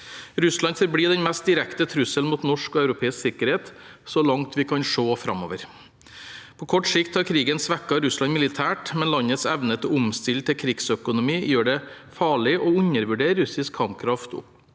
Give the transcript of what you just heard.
Russland forblir den mest direkte trusselen mot norsk og europeisk sikkerhet, så langt vi kan se framover. På kort sikt har krigen svekket Russland militært, men landets evne til å omstille til krigsøkonomi gjør det farlig å undervurdere russisk kampkraft også